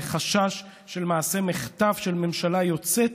בחשש של מעשה מחטף של ממשלה יוצאת